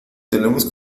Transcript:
tenemos